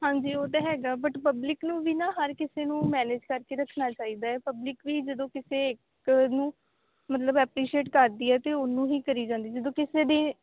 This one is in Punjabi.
ਹਾਂਜੀ ਉਹ ਤਾਂ ਹੈਗਾ ਬਟ ਪਬਲਿਕ ਨੂੰ ਵੀ ਨਾ ਹਰ ਕਿਸੇ ਨੂੰ ਮੈਨੇਜ ਕਰਕੇ ਰੱਖਣਾ ਚਾਹੀਦਾ ਹੈ ਪਬਲਿਕ ਵੀ ਜਦੋਂ ਕਿਸੇ ਇੱਕ ਨੂੰ ਮਤਲਬ ਐਪਰੀਸ਼ੀਏਟ ਕਰਦੀ ਹੈ ਤਾਂ ਉਹਨੂੰ ਹੀ ਕਰੀ ਜਾਂਦੀ ਜਦੋਂ ਕਿਸੇ ਦੇ